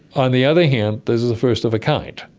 on the other hand, this is the first of a kind,